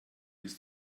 ist